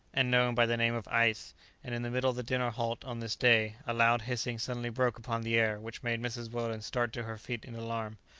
and known by the name of ais and in the middle of the dinner-halt on this day, a loud hissing suddenly broke upon the air which made mrs. weldon start to her feet in alarm.